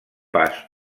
pas